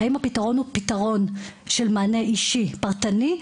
האם הפתרון הוא פתרון של מענה אישי פרטני,